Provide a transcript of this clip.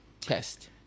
test